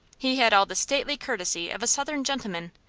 he had all the stately courtesy of a southern gentleman,